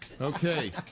Okay